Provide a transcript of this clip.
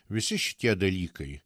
visi šitie dalykai